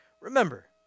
Remember